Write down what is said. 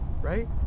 right